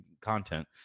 content